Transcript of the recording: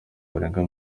barenga